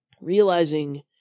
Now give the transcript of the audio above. realizing